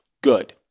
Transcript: Good